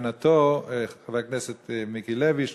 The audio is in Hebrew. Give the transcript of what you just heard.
חבר הכנסת מיקי לוי,